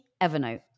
Evernote